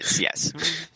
yes